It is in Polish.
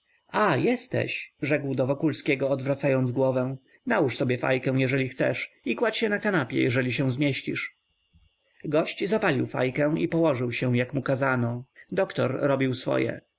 a jesteś rzekł do wokulskiego odwracając głowę nałóż sobie fajkę jeżeli chcesz i kładź się na kanapie jeżeli się zmieścisz gość zapalił fajkę i położył się jak mu kazano doktor robił swoje